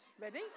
Ready